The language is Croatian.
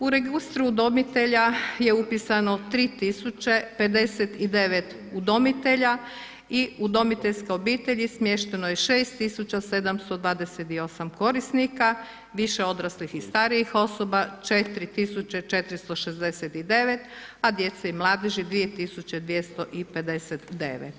U registru udomitelja je upisano 3059 udomitelja i udomiteljske obitelji smješteno je 6728 korisnika, više odraslih i starijih osoba 4469, a djece i mladeži 2259.